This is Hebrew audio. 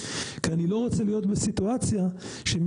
כי אני לא רוצה להיות בסיטואציה שמבנים